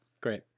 Great